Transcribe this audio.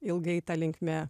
ilgai ta linkme